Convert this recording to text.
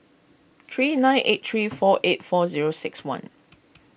three nine eight three four eight four zero six one